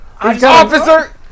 officer